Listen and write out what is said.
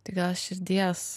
tai gal širdies